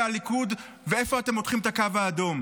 הליכוד ואיפה אתם מותחים את הקו האדום,